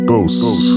Ghosts